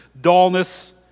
dullness